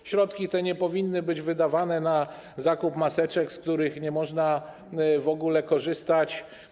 Te środki nie powinny być wydawane na zakup maseczek, z których nie można w ogóle korzystać.